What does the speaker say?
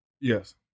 Yes